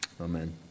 Amen